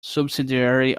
subsidiary